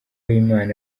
imana